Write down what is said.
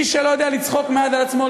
מי שלא יודע לצחוק מעט על עצמו,